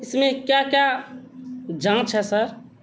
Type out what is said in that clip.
اس میں کیا کیا جانچ ہے سر